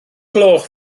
gloch